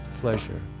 pleasure